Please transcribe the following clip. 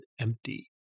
empty